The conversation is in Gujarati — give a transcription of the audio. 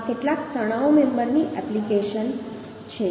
આ કેટલાક તણાવ મેમ્બરની એપ્લિકેશન છે